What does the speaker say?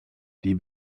die